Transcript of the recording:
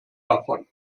davon